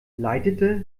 leitete